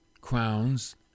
crowns